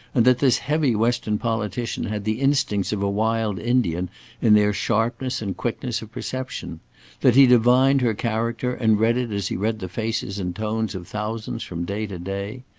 and that this heavy western politician had the instincts of a wild indian in their sharpness and quickness of perception that he divined her character and read it as he read the faces and tones of thousands from day to day?